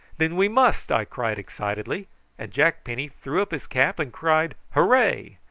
then we must, i cried excitedly and jack penny threw up his cap and cried hooray!